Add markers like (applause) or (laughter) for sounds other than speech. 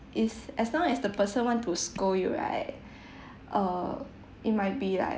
is as long as the person want to scold you right (breath) err it might be like